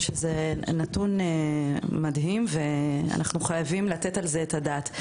שזה נתון שאנחנו חייבים לתת עליו את הדעת.